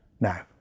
now